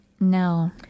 No